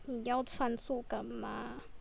你要算数干嘛